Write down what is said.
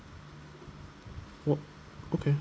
wh~ okay